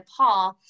Nepal